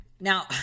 Now